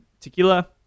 Tequila